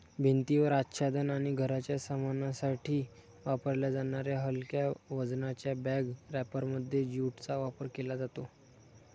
भिंतीवर आच्छादन आणि घराच्या सामानासाठी वापरल्या जाणाऱ्या हलक्या वजनाच्या बॅग रॅपरमध्ये ज्यूटचा वापर केला जातो